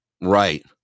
right